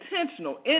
intentional